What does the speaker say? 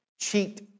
cheat